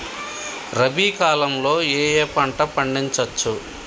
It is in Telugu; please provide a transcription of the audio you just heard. రబీ కాలంలో ఏ ఏ పంట పండించచ్చు?